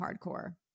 hardcore